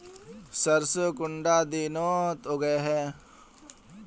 सरसों कुंडा दिनोत उगैहे?